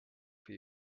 for